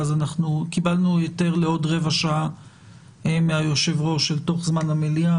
קיבלנו היתר מהיושב-ראש לעוד רבע שעה אל תוך זמן המליאה.